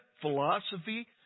philosophy